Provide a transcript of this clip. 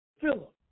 Philip